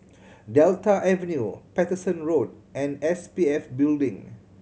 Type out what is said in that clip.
Delta Avenue Paterson Road and S P F Building